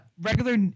regular